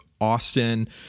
Austin